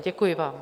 Děkuji vám.